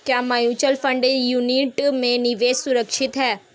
क्या mutual fund unit में निवेश सुरक्षित है?